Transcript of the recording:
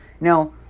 now